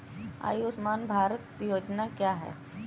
आयुष्मान भारत योजना क्या है?